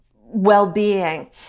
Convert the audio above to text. well-being